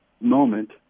moment